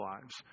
lives